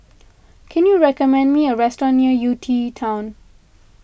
can you recommend me a restaurant near U T town